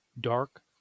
dark